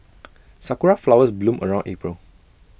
Sakura Flowers bloom around April